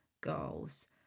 goals